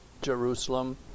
Jerusalem